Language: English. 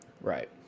Right